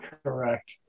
Correct